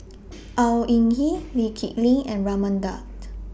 Au Hing Yee Lee Kip Lin and Raman Daud